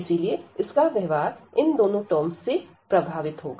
इसीलिए इसका व्यवहार इन दोनों टर्म्स से प्रभावित होगा